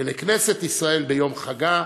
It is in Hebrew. ולכנסת ישראל ביום חגה.